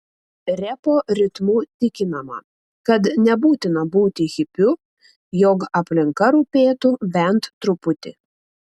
repo ritmu tikinama kad nebūtina būti hipiu jog aplinka rūpėtų bent truputį